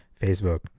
Facebook